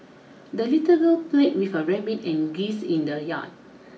the little girl played with her rabbit and geese in the yard